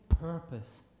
purpose